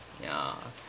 ya